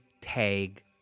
tag